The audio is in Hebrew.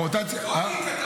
לא אני כתבתי.